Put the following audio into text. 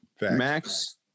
Max